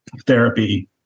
Therapy